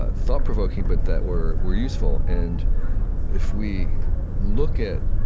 ah thought-provoking, but that were were useful. and if we look at,